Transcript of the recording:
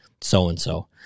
so-and-so